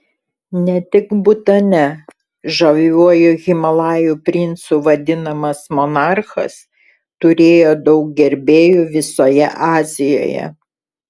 ne tik butane žaviuoju himalajų princu vadinamas monarchas turėjo daug gerbėjų visoje azijoje